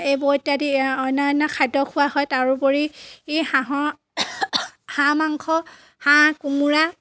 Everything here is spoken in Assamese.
এইবোৰ ইত্যাদি অন্য অন্য খাদ্য খোৱা হয় তাৰোপৰি হাঁহৰ হাঁহ মাংস হাঁহ কোমোৰা